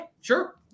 sure